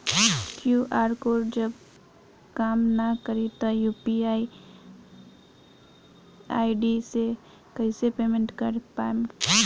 QR code जब काम ना करी त यू.पी.आई आई.डी से कइसे पेमेंट कर पाएम?